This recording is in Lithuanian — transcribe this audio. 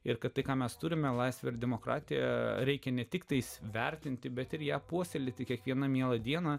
ir kad tai ką mes turime laisvę demokratiją reikia ne tik tais vertinti bet ir ją puoselėti kiekvieną mielą dieną